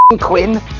Quinn